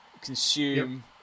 consume